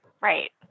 Right